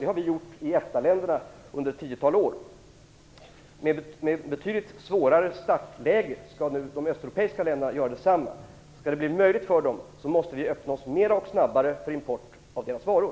Det har vi gjort under ett tiotal år i EFTA-länderna. Med ett betydligt svårare startläge skall nu de östeuropeiska länderna göra detsamma. Skall det bli möjligt för dem, måste vi öppna oss mer och snabbare för import av deras varor.